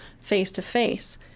face-to-face